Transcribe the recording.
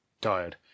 tired